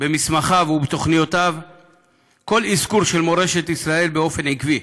במסמכיו ובתוכניותיו כל אזכור של מורשת ישראל באופן עקבי.